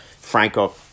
Franco